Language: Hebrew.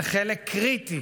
זה חלק קריטי